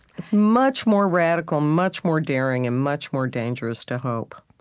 it's much more radical, much more daring, and much more dangerous to hope